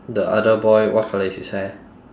the other boy what colour is his hair